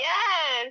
Yes